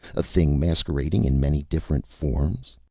a thing masquerading in many different forms?